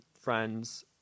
friends